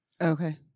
Okay